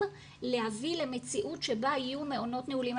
להביא למציאות שבה יהיו מעונות נעולים.